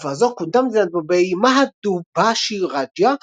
בתקופה זו כונתה מדינת בומביי "מהא דובהאשי רג'יה",